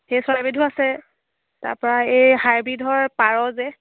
সেই চৰাইবিধো আছে তাৰপৰা এই হাইব্ৰিডৰ পাৰ যে